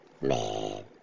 Man